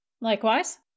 Likewise